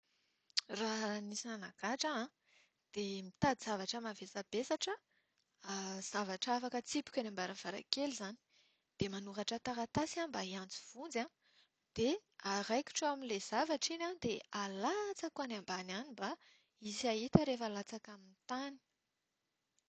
Raha nisy nanagadra aho an, dia mitady zavatra mavesabesatra aho. Zavatra afaka atsipiko eny am-baravaran-kely. Manoratra taratasy aho mba hiantso vonjy an, ary araikitro eo amin'ilay zavatra iny, dia alatsako any ambany any mba hisy hahita rehefa latsaka amin'ny tany.